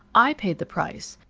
i paid the price,